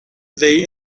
they